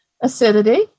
acidity